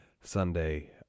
Sunday